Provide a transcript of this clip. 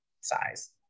size